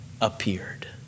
appeared